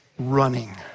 running